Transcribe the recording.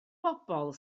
bobl